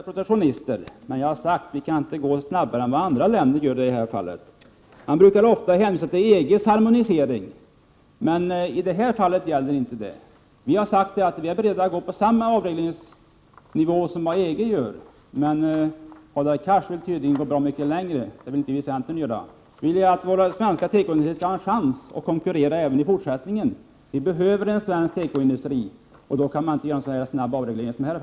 Fru talman! Vi är inte vare sig bakåtsträvare eller protektionister. Men Sverige kan i det här fallet inte gå snabbare fram än andra länder gör. Man hänvisar ofta till EG:s harmonisering, men i det här fallet gäller inte det. Vi har sagt att vi är beredda att lägga oss på samma avregleringsnivå som EG gör. Men Hadar Cars vill tydligen gå bra mycket längre. Det vill inte vi i centern göra. Vi vill att våra svenska tekoindustrier skall ha en chans att konkurrera även i fortsättningen. Vi behöver en svensk tekoindustri, och då kan man inte genomföra en så snabb avreglering.